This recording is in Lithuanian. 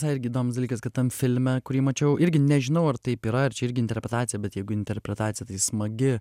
visai irgi įdomus dalykas kad tam filme kurį mačiau irgi nežinau ar taip yra ar čia irgi interpretacija bet jeigu interpretacija tai smagi